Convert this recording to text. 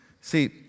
See